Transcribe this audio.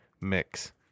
mix